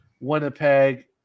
Winnipeg